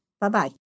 Bye-bye